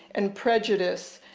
and prejudice,